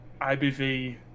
IBV